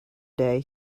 day